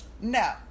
no